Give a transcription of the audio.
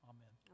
Amen